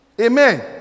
Amen